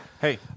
hey